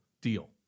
deal